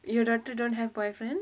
your daughter don't have boyfriend